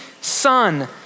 son